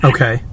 Okay